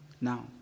Now